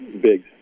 big